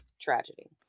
tragedy